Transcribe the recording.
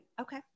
Okay